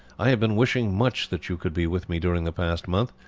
i have been wishing much that you could be with me during the past month,